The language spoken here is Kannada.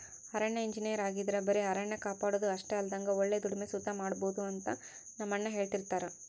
ಅರಣ್ಯ ಇಂಜಿನಯರ್ ಆಗಿದ್ರ ಬರೆ ಅರಣ್ಯ ಕಾಪಾಡೋದು ಅಷ್ಟೆ ಅಲ್ದಂಗ ಒಳ್ಳೆ ದುಡಿಮೆ ಸುತ ಮಾಡ್ಬೋದು ಅಂತ ನಮ್ಮಣ್ಣ ಹೆಳ್ತಿರ್ತರ